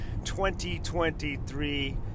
2023